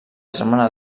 germana